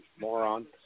moron